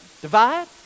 divide